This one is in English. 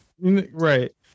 Right